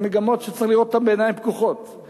הן מגמות שצריך לראות אותן בעיניים פקוחות,